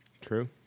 True